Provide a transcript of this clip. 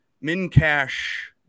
min-cash